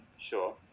Sure